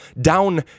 down